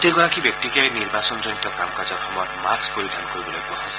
প্ৰতিগৰাকী ব্যক্তিকে নিৰ্বাচনজনিত কাম কাজৰ সময়ত মাস্থ পৰিধান কৰিবলৈ কোৱা হৈছে